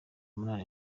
umunani